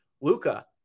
Luca